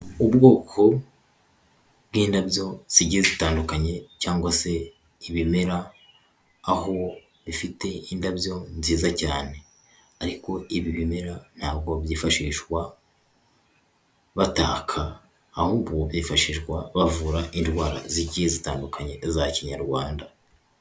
Ubwoko bw'indabyo zigiye zitandukanye cyangwa se ibimera, aho bifite indabyo nziza cyane ariko ibi bimera ntabwo byifashishwa bataka ahubwo byifashishwa bavura indwara zigiye zitandukanye za Kinyarwanda.